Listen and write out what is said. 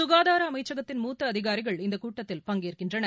சுகாதார அமைச்சகத்தின் மூத்த அதிகாரிகள் இந்த கூட்டத்தில் பங்கேற்கின்றனர்